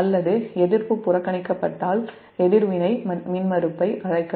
அல்லது எதிர்ப்பு புறக்கணிக்கப்பட்டால் எதிர்வினை மின்மறுப்பை அழைக்கவும்